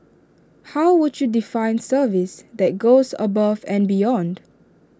how would you define service that goes above and beyond